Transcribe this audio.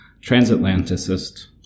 transatlanticist